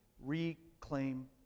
reclaim